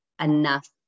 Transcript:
enough